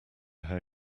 how